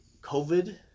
COVID